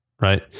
right